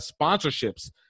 sponsorships